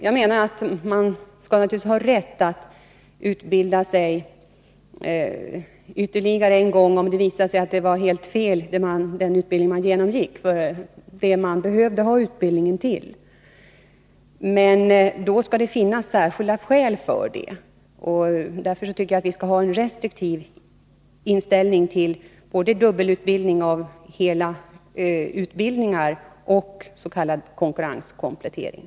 Man skall naturligtvis ha rätt att utbilda sig ytterligare en gång, om det visar sig att den utbildning man genomgick var helt felaktigt vald med hänsyn till vad man behövde ha utbildningen till. Men då skall det finnas särskilda skäl för en dubbelutbildning, och därför tycker jag att vi skall ha en restriktiv inställning till både dubbelutbildning i fråga om hela utbildningar och s.k. konkurrenskomplettering.